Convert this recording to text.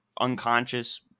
unconscious